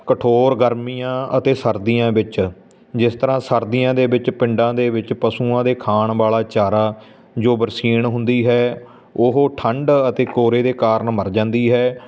ਕਠੋਰ ਗਰਮੀਆਂ ਅਤੇ ਸਰਦੀਆਂ ਵਿੱਚ ਜਿਸ ਤਰ੍ਹਾਂ ਸਰਦੀਆਂ ਦੇ ਵਿੱਚ ਪਿੰਡਾਂ ਦੇ ਵਿੱਚ ਪਸ਼ੂਆਂ ਦੇ ਖਾਣ ਵਾਲਾ ਚਾਰਾ ਜੋ ਬਰਸੀਨ ਹੁੰਦੀ ਹੈ ਉਹ ਠੰਡ ਅਤੇ ਕੋਰੇ ਦੇ ਕਾਰਨ ਮਰ ਜਾਂਦੀ ਹੈ